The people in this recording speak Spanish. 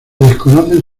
desconocen